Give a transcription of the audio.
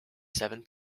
seven